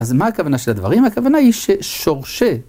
אז מה הכוונה של הדברים? הכוונה היא ששורשי.